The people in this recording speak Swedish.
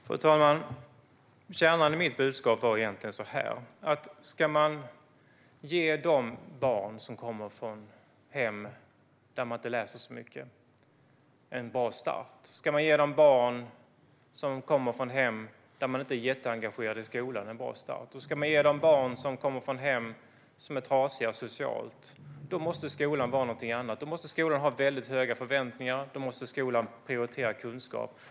Fru talman! Kärnan i mitt budskap var egentligen att om man ska ge en bra start för de barn som kommer från hem där man inte läser så mycket, hem där man inte är jätteengagerad i skolan eller hem som är trasiga socialt måste skolan ha väldigt höga förväntningar och prioritera kunskap.